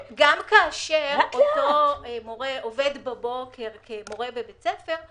גם כאשר אותו מורה עובד בבוקר כמורה בבית הספר,